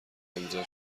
امضا